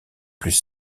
plus